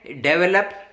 develop